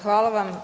Hvala vam.